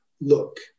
look